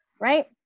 right